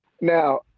Now